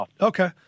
okay